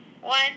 One